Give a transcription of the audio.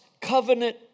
covenant